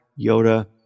Yoda